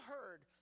heard